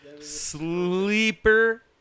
Sleeper